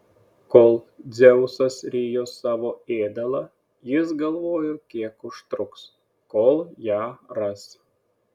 kol dzeusas rijo savo ėdalą jis galvojo kiek užtruks kol ją ras